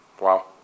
Wow